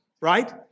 right